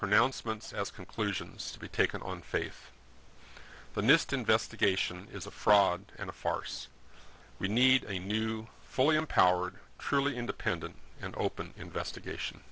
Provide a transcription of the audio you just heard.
conclusions to be taken on faith the nist investigation is a fraud and a farce we need a new fully empowered truly independent and open investigation